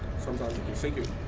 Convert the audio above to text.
sometimes you can sync it.